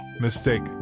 Mistake